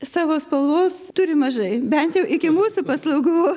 savo spalvos turi mažai bent jau iki mūsų paslaugų